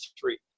three